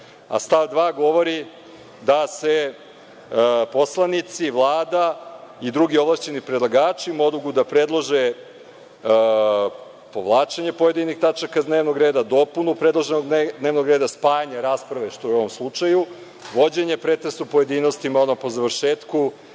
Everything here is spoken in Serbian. Stav 2. govori da poslanici, Vlada i drugi ovlašćeni predlagači mogu da predlože povlačenje pojedinih tačaka dnevnog reda, dopunu predloženog dnevnog reda, spajanje rasprave, što je u ovom slučaju, vođenje pretresa u pojedinostima odmah po završetku